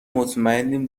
مطمئنیم